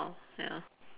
orh ya